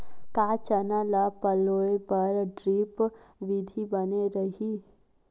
का चना ल पलोय बर ड्रिप विधी बने रही?